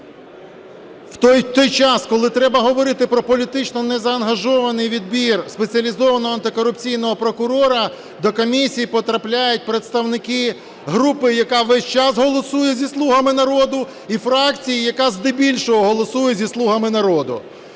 в той час, коли треба говорити про політично незаангажований відбір спеціалізованого антикорупційного прокурора, до комісії потрапляють представники групи, яка весь час голосує зі "слугами народу", і фракції, яка здебільшого голосує зі "слугами народу".